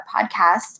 podcast